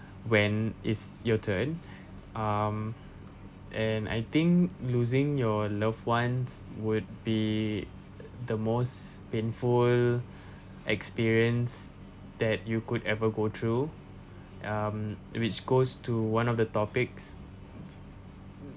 when is your turn um and I think losing your loved ones would be the most painful experience that you could ever go through um which goes to one of the topic